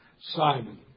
Simon